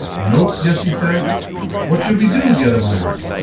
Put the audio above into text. nope, yossi said what should we do? the other one asked.